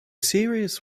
series